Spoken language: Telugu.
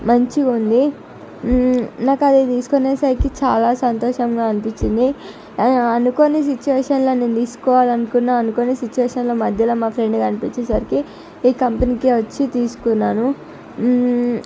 మంచిగా ఉంది నాకు అది తీసుకొనేసరికి చాలా సంతోషంగా అనిపించింది ఆ అనుకోని సిచ్యువేషన్లో నేను తీసుకోవాలి అనుకున్న అనుకోని సిచ్యువేషన్లో మధ్యలో మా ఫ్రెండ్ కనిపించేసరికి ఈ కంపెనీకి వచ్చి తీసుకున్నాను